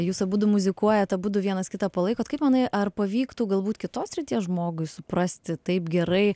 jūs abudu muzikuojat abudu vienas kitą palaikot kaip manai ar pavyktų galbūt kitos srities žmogui suprasti taip gerai